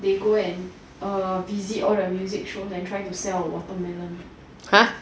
then go and err visit all the music shows and try to sell watermelon